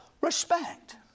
respect